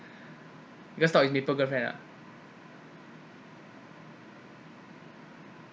you want to stalk his maple girlfriend ah